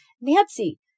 Nancy